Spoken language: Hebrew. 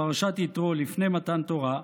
בפרשת יתרו, לפני מתן תורה,